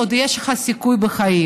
עוד יש לך סיכוי בחיים.